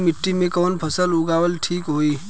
काली मिट्टी में कवन फसल उगावल ठीक होई?